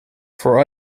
for